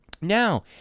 Now